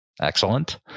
Excellent